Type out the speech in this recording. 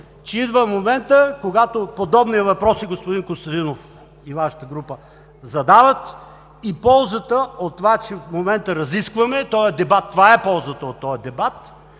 че идва моментът, когато подобни въпроси, господин Костадинов и Вашата група, задават и ползата от това, че в момента разискваме този дебат. Това е ползата от този дебат